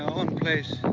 own place.